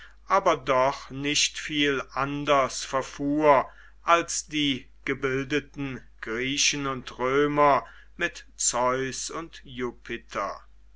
aber doch nicht viel anders verfuhr als die gebildeten griechen und römer mit zeus und